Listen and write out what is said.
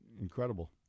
incredible